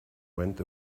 went